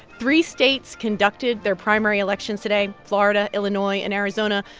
three states conducted their primary elections today florida, illinois and arizona.